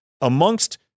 Amongst